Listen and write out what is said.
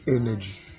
energy